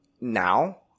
now